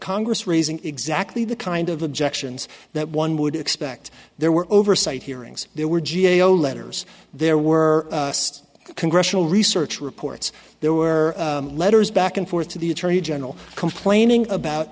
congress raising exactly the kind of objections that one would expect there were oversight hearings there were g a o letters there were congressional research reports there were letters back and forth to the attorney general complaining about